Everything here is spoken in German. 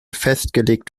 festgelegt